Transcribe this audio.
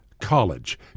College